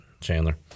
Chandler